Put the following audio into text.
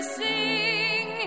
sing